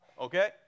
Okay